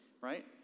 right